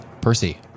Percy